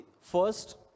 First